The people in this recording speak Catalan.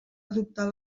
adoptar